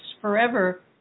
forever